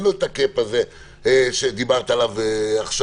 אין לו את הקאפ הזה שדיברת עליו עכשיו,